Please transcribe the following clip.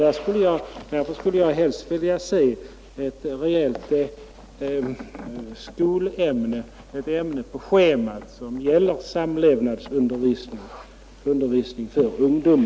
Därför skulle jag helst vilja se ett samlat skolämne på schemat, dvs. samlevnadsundervisning för ungdom.